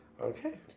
okay